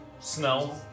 Snow